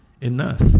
enough